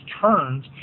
turns